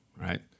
Right